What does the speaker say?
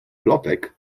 plotek